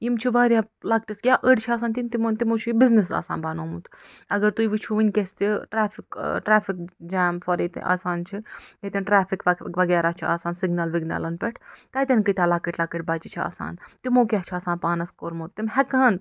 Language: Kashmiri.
یِم چھِ واریاہ لۄکٹِس یا أڈۍ چھِ آسان تِم تِموٚو چھُ یہِ بِزنیٚس آسان بَنومُت اَگر تُہۍ وُچھِو وُنٛکیٚس تہِ ٹرٛیفِک ٲں ٹرٛیفِک جام فار ییٚتہِ آسان چھُ ییٚتیٚن ٹرٛیفِک وغیرہ چھُ آسان سِگنَل وِگنَلَن پٮ۪ٹھ تَتیٚن کۭتیٛاہ لۄکٕٹۍ لۄکٕٹۍ بَچہٕ چھِ آسان تِموٚو کیٛاہ چھُ آسان پانَس کوٚرمُت تِم ہیٚکہٕ ہان